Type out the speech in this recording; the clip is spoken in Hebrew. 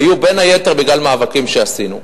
היו בין היתר בגלל מאבקים שעשינו.